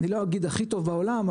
אני לא אגיד הכי טוב בעולם,